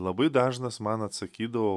labai dažnas man atsakydavo